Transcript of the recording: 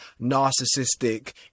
narcissistic